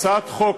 הצעת חוק